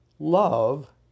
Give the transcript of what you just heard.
Love